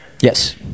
yes